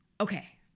Okay